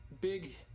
big